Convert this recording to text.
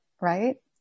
Right